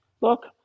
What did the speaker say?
Look